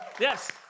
Yes